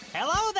Hello